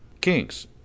kings